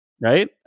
right